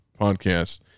podcast